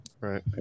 Right